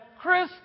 Chris